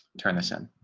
turn this in